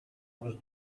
was